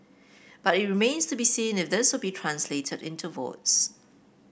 but it remains to be seen if this will translate into votes